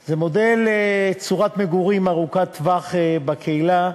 הוא מודל לצורת מגורים ארוכת-טווח בקהילה.